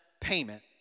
payment